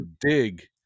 dig